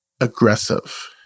aggressive